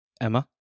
Emma